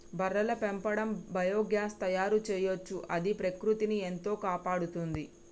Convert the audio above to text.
బర్రెల పెండతో బయోగ్యాస్ తయారు చేయొచ్చు అది ప్రకృతిని ఎంతో కాపాడుతుంది